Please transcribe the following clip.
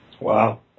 Wow